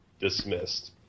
dismissed